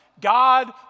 God